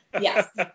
Yes